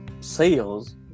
sales